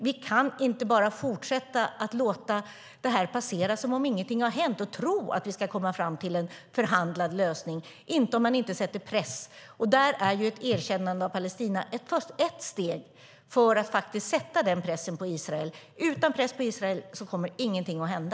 Vi kan inte bara fortsätta att låta detta passera som om ingenting hänt och tro att vi ska komma fram till en förhandlad lösning. Det sker inte om man inte sätter press. Ett erkännande av Palestina är ett steg för att sätta den pressen på Israel. Utan press på Israel kommer ingenting att hända.